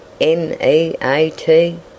M-E-A-T